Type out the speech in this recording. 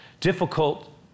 difficult